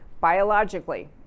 biologically